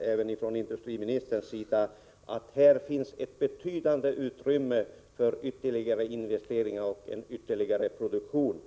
även industriministern konstaterar att här finns ett betydande utrymme för ytterligare investeringar och ytterligare produktion.